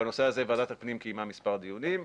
בנושא הזה ועדת הפנים קיימה מספר דיונים,